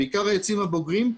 בעיקר העצים הבוגרים,